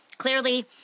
Clearly